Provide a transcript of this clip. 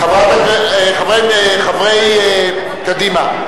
חברי קדימה,